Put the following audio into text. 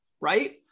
Right